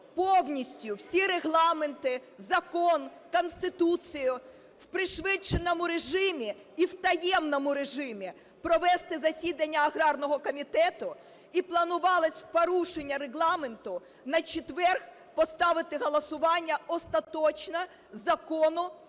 повністю всі регламенти, закон, Конституцію, у пришвидшеному режимі і в таємному режимі провести засідання аграрного комітету і планувалось в порушення Регламенту на четвер поставити голосування, остаточне, Закону